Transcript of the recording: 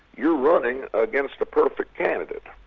you're running against the perfect candidate.